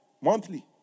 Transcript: monthly